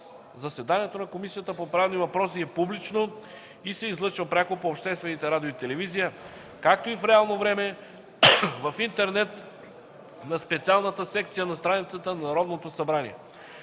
Заседанието на Комисията по правни въпроси е публично и се излъчва пряко по обществените радио и телевизия, както и в реално време в интернет на специалната секция на страницата на Народното събрание.